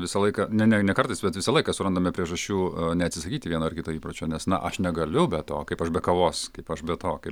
visą laiką ne ne ne kartais bet visą laiką surandame priežasčių neatsisakyti vieno ar kito įpročio nes na aš negaliu be to kaip aš be kavos kaip aš be to